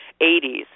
80s